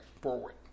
forward